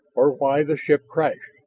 or why the ship crashed.